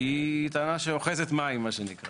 היא טענה שאוחזת מים, מה שנקרא.